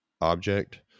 object